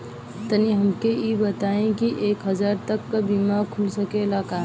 तनि हमके इ बताईं की एक हजार तक क बीमा खुल सकेला का?